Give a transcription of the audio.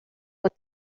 what